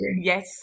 Yes